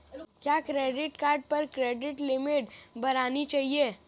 क्या credit card पर credit limit बढ़ानी चाहिए?